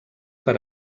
per